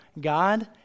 God